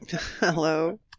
Hello